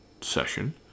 session